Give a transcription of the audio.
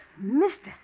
Mistress